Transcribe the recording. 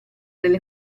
delle